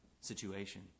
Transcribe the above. situation